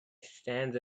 stands